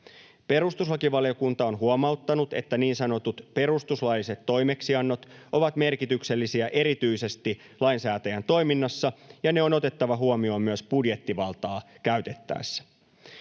Perustuslakivaliokunta on huomauttanut, että niin sanotut perustuslailliset toimeksiannot ovat merkityksellisiä erityisesti lainsäätäjän toiminnassa ja ne on otettava huomioon myös budjettivaltaa käytettäessä.